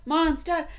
Monster